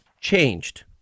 changed